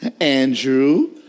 Andrew